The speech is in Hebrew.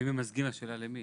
אם ממזגים, השאלה למי?